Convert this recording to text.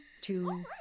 two